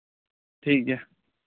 ᱴᱷᱤᱠ ᱜᱮᱭᱟ